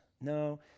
No